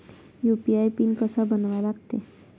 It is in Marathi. यू.पी.आय पिन कसा बनवा लागते?